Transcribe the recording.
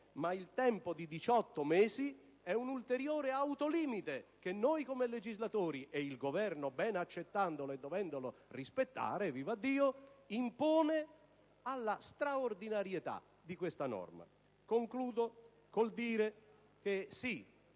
ma il tempo di 18 mesi è un ulteriore autolimite che noi come legislatori, ed il Governo ben accettandolo e dovendolo rispettare, impone alla straordinarietà di questa norma. Concludo dicendo che è